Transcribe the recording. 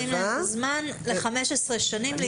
נותנים להם את הזמן ל-15 שנים להתארגנות.